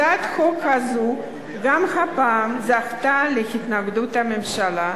הצעת החוק הזאת גם הפעם זכתה להתנגדות הממשלה,